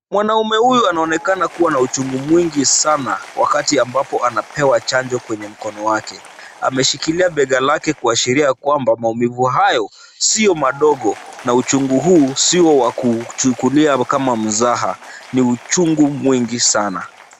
Mwanaume huyu anaonekana kuwa na uchungu mwingi sana wakati ambapo anapewa chanjo kwenye mkono wake. Ameshikilia bega lake kuashiria kwamba maumivu sio madogo na uchungu huu sio wa kuchukulia kama mzaha. Ni uchungu mwingi sana.